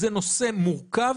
זה נושא מורכב,